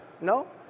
No